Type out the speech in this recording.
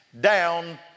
Down